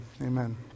Amen